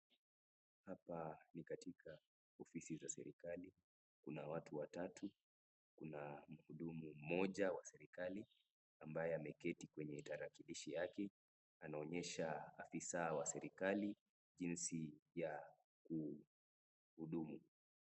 Hapa ni katika ofisi za serikali. Kuna watu watatu. Kuna mhudumu mmoja wa serikali, ambaye ameketi kwenye tarakilishi yake. Anaonyesha afisa wa serikali, jinsi ya kuhudumu.